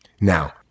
Now